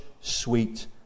sweet